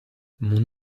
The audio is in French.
mon